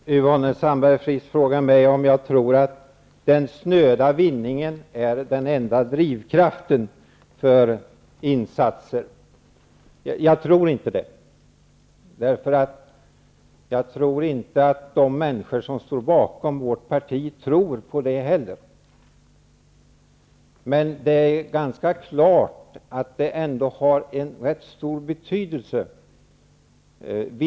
Herr talman! Yvonne Sandberg-Fries frågade mig om jag tror att den snöda vinningen är den enda drivkraften för insatser. Jag tror inte det. Inte heller tror jag att de människor som står bakom vårt parti tror det. Det är emellertid ganska klart att vinningen som drivkraft har rätt stor betydelse.